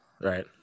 right